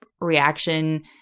reaction